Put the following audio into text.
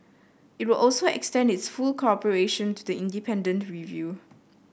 it will also extend its full cooperation to the independent review